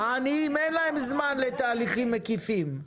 לעניים אין זמן לתהליכים מקיפים,